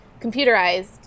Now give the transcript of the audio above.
computerized